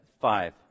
five